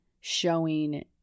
showing